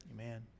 Amen